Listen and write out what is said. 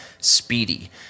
speedy